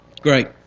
Great